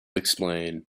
explain